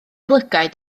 lygaid